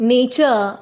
Nature